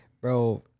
bro